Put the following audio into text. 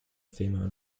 female